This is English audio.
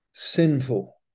sinful